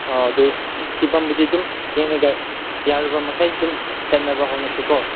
ꯑꯥ ꯑꯗꯨ ꯐꯤꯕꯝꯕꯨꯗꯤ ꯑꯗꯨꯝ ꯌꯦꯡꯂꯒ ꯌꯥꯔꯤꯕ ꯃꯈꯩ ꯑꯗꯨꯝ ꯆꯠꯅꯕ ꯍꯣꯠꯅꯁꯤꯀꯣ